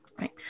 right